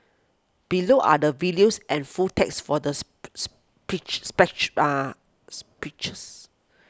below are the videos and full text for the speech are speeches